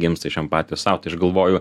gimsta iš empatijos sau tai aš galvoju